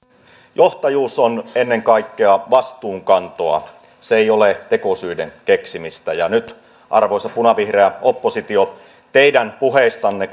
johtajuus on ennen kaikkea vastuunkantoa se ei ole tekosyiden keksimistä ja nyt arvoisa punavihreä oppositio kun teidän puheistanne